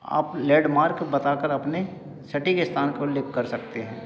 आप लेडमार्क बताकर अपने सटीक स्थान को लिख कर सकते हैं